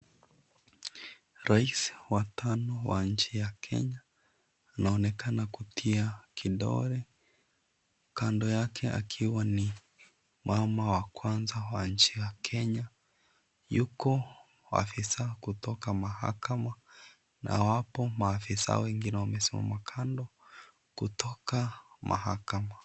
Rais wa tano wa nchi ya Kenya anaonekana kutia kidole. Kando yake akiwa ni mama wa kwanza wa nchi ya Kenya. Yuko afisa kutoka mahakama, na wapo maafisa ambao wamesimama kando kutoka mahakama.